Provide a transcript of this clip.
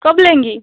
कब लेंगी